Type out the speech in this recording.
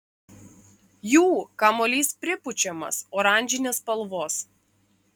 jų kamuolys pripučiamas oranžinės spalvos